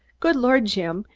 good lord, jim!